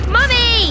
Mummy